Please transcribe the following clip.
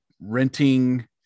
renting